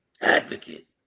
advocate